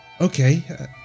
okay